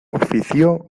ofició